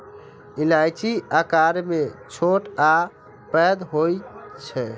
इलायची आकार मे छोट आ पैघ होइ छै